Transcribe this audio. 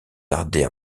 tarder